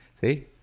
See